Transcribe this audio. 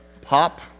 pop